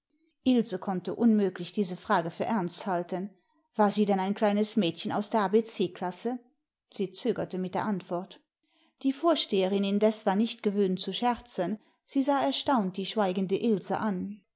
konnte unmöglich diese frage für ernst halten war sie denn ein kleines mädchen aus der a b c klasse sie zögerte mit der antwort die vorsteherin indes war nicht gewöhnt zu scherzen sie sah erstaunt die schweigende ilse an